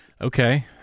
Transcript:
okay